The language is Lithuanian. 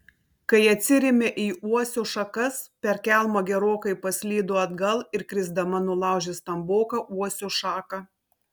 kai atsirėmė į uosio šakas per kelmą gerokai paslydo atgal ir krisdama nulaužė stamboką uosio šaką